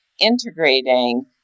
Integrating